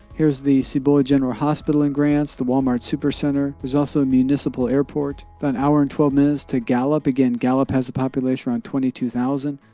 here's the cibola general hospital in grants, the walmart super center. there's also a municipal airport. about an hour and twelve minutes to gallup. again, gallup has a population around twenty two thousand.